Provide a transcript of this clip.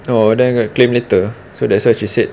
oh then got claim later so that's why she said